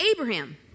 Abraham